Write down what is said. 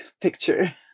picture